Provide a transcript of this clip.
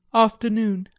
afternoon.